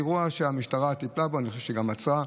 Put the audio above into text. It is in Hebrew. זה אירוע שהמשטרה טיפלה בו, ואני חושב שגם עצרה.